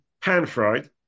pan-fried